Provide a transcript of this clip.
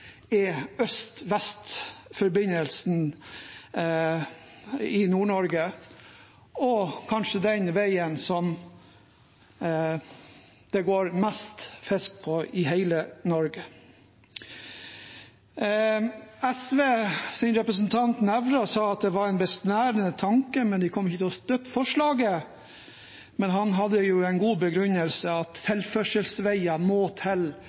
i Nord-Norge og kanskje den veien som det fraktes mest fisk på i hele Norge. SVs representant Nævra sa at det var en besnærende tanke, men at de ikke kom til å støtte forslaget. Han hadde en god begrunnelse – at tilførselsveier ut til Nord-Norge-banen må til.